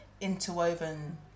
interwoven